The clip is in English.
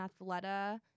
Athleta